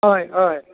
हय हय